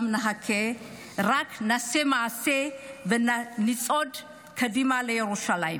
לא רק נחכה, נעשה מעשה ונצעד קדימה לירושלים.